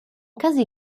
casi